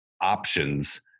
options